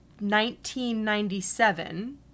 1997